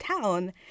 town